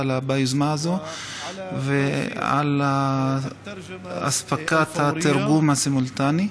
ביוזמה הזאת ועל מתן התרגום הסימולטני.